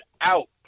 out